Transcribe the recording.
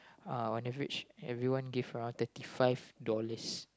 on average everyone gave around thirty five dollars